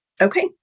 Okay